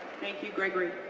thank you, gregory.